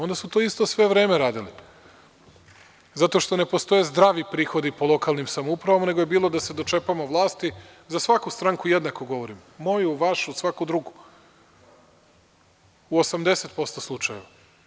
Onda su to isto sve vreme radili, zato što ne postoje zdravi prihodi po lokalnim samoupravama, nego je bilo - da se dočepamo vlasti, za svaku stranku jednako govorim - moju, vašu, svaku drugu, u 80% slučajeva.